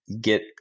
get